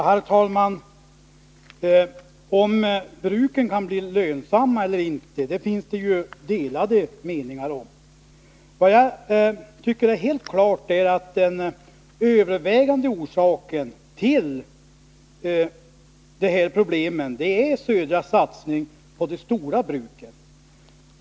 Herr talman! Huruvida bruken kan bli lönsamma finns det delade meningar om. Jag menar att den övervägande orsaken till de problem som vi talar om är Södra Skogsägarnas satsning på de stora bruken.